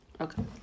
Okay